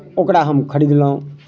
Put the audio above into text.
ओकरा हम खरीदलहुँ